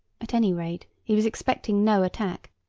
at any rate he was expecting no attack,